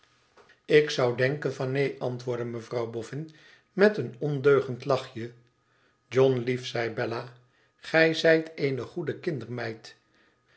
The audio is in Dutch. lik zou denken van neen antwoordde mevrouw boffin met een ondeugend lachje john lief zei bella gij zijt eene goede